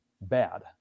bad